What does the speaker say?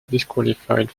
disqualified